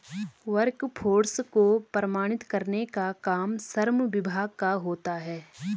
workforce को प्रमाणित करने का काम श्रम विभाग का होता है